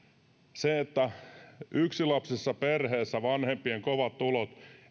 yksilapsisessa perheessä vanhempien kovat tulot